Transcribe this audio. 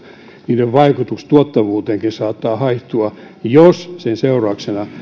niiden vaikutus tuottavuuteenkin saattaa haihtua jos niiden seurauksena